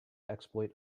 exploit